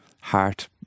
heart